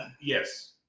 Yes